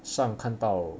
上看到